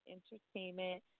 Entertainment